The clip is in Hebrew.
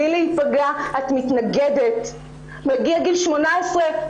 עכשיו הייתה לנו נערה שסיימה בגיל 19.5,